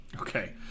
Okay